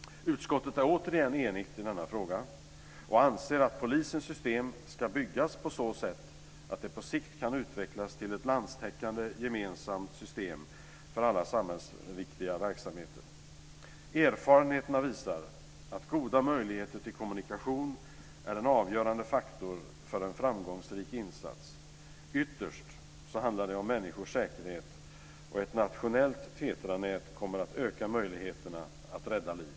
Utskottet är återigen enigt i denna fråga och anser att polisens system ska byggas på så sätt att det på sikt kan utvecklas till ett landstäckande gemensamt system för alla samhällsviktiga verksamheter. Erfarenheterna visar att goda möjligheter till kommunikation är en avgörande faktor för en framgångsrik insats. Ytterst handlar det om människors säkerhet, och ett nationellt TETRA-nät kommer att öka möjligheterna att rädda liv.